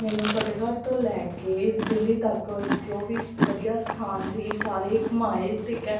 ਮੈਨੂੰ ਫਤਿਹਗੜ੍ਹ ਤੋਂ ਲੈ ਕੇ ਦਿੱਲੀ ਤੱਕ ਜੋ ਵੀ ਵਧੀਆ ਸਥਾਨ ਸੀ ਸਾਰੇ ਘੁੰਮਾਏ ਅਤੇ ਕੈ